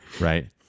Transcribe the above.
right